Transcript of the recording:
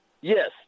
Yes